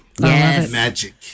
Magic